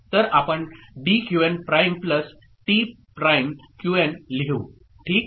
तर आपण D Q N prime plus T prime Q N लिहू ठीक